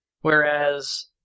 Whereas